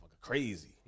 crazy